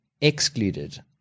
excluded